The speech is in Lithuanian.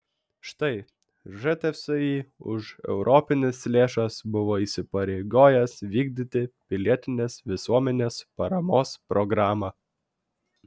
štai žtsi už europines lėšas buvo įsipareigojęs vykdyti pilietinės visuomenės paramos programą